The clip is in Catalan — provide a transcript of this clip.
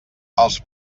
els